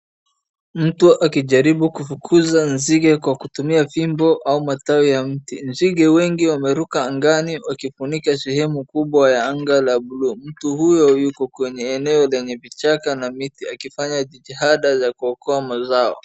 Mtu akijaribu kufukuza nzige kwa kutumia fimbo au matawi ya mti. Nzige wengi wameruka angani, wakifunika sehemu kubwa ya anga la buluu. Mtu huyo yuko kwenye eneo lenye vichaka na miti, akifanya jitihada za kuokoa mazao.